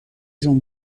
جون